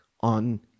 on